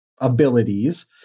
abilities